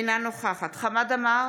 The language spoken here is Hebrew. אינה נוכחת חמד עמאר,